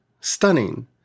stunning